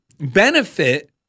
benefit